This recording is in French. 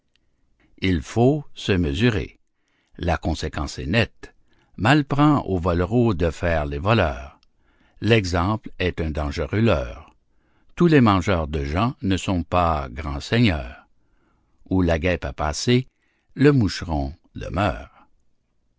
il faut se mesurer la conséquence est nette mal prend aux volereaux de faire les voleurs l'exemple est un dangereux leurre tous les mangeurs de gens ne sont pas grands seigneurs où la guêpe a passé le moucheron demeure